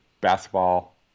basketball